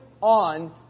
on